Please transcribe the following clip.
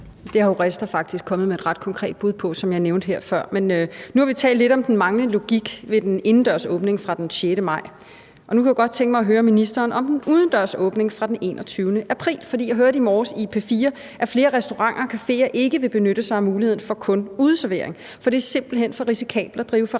Det er HORESTA faktisk kommet med et ret konkret bud på, som jeg nævnte her før. Men nu har vi talt lidt om den manglende logik ved den indendørs åbning fra den 6. maj, og nu kunne jeg godt tænke mig at høre ministeren om den udendørs åbning fra den 21. april. For jeg hørte i morges i P4, at flere restauranter og caféer ikke vil benytte sig af muligheden for at åbne kun med udeservering, fordi det simpelt hen er for risikabelt at drive